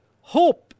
hope